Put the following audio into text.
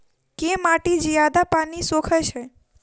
केँ माटि जियादा पानि सोखय छै?